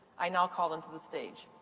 i now call them to the stage.